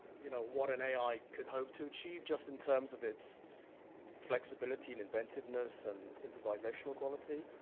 you know, what an ai could hope to achieve, just in terms of its flexibility, and inventiveness, and improvisational quality,